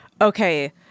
okay